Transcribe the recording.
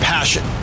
Passion